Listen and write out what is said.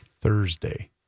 Thursday